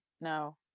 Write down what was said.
no